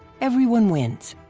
everyone wins.